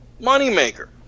moneymaker